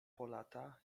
polata